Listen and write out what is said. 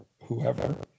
whoever